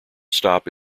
stop